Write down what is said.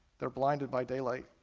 they are blinded by daylight.